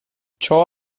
ciò